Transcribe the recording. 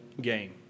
game